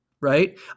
right